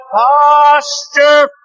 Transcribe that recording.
posture